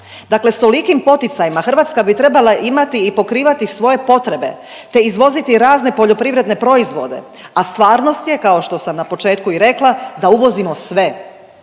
Dakle, s tolikim poticajima Hrvatska bi trebala imati i pokrivati svoje potrebe, te izvoziti razne poljoprivredne proizvode, a stvarnost je kao što sam na početku i rekla da uvozimo sve.